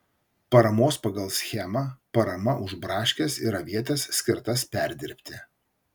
paramos pagal schemą parama už braškes ir avietes skirtas perdirbti